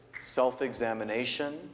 self-examination